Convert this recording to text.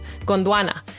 Gondwana